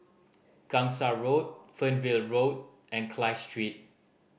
Gangsa Road Fernvale Road and Clive Street